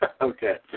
Okay